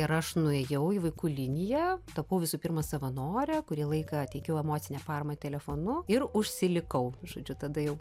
ir aš nuėjau į vaikų liniją tapau visų pirma savanore kurį laiką teikiau emocinę paramą telefonu ir užsilikau žodžiu tada jau